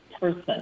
person